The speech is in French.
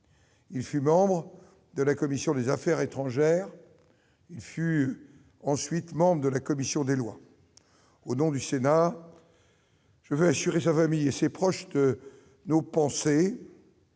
Il fut membre de la commission des affaires étrangères, puis de la commission des lois. Au nom du Sénat, je veux assurer sa famille et ses proches, ainsi